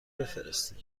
بفرستید